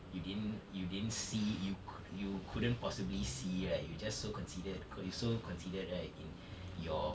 you didn't you didn't see you cou~ you couldn't possibly see right you're just so considered you're so considered right in your